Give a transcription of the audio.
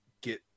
get